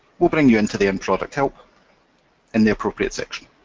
will bring you into the in-product help in the appropriate section.